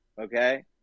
okay